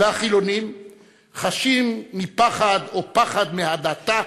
והחילונים חשים פחד מהדתה